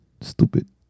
Stupid